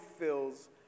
fills